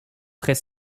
très